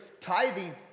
tithing